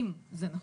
אם זה נכון.